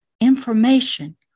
information